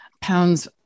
pounds